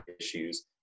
issues